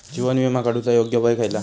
जीवन विमा काडूचा योग्य वय खयला?